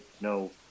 no